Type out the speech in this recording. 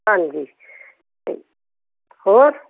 ਹਾਂਜੀ ਅਤੇ ਹੋਰ